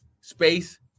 space